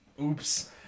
Oops